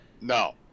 No